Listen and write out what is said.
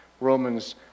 Romans